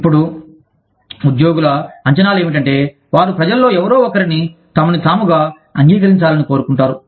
ఇప్పుడు ఉద్యోగుల అంచనాలు ఏమిటంటే వారు ప్రజలలో ఎవరో ఒకరిని తమని తాముగా అంగీకరించాలని కోరుకుంటారు